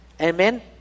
Amen